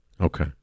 Okay